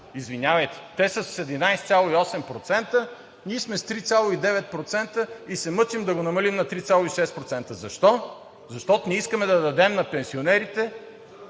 Извинявайте, те са с 11,8%, ние сме с 3,9% и се мъчим да го намалим на 3,6%. Защо? Защото не искаме да дадем на пенсионерите